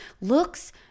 looks